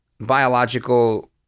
biological